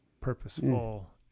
purposeful